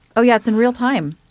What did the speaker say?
oh, yeah. it's in real time.